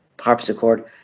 harpsichord